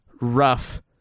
rough